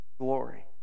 glory